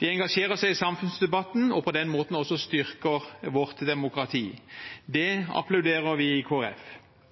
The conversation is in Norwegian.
De engasjerer seg i samfunnsdebatten, og på den måten styrker de også vårt demokrati. Det applauderer vi i